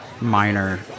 minor